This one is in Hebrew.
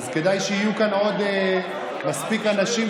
כדאי שיהיו כאן עוד מספיק אנשים,